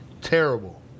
Terrible